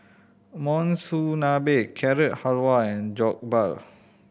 Monsunabe Carrot Halwa and Jokbal